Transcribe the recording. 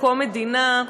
שבקום המדינה,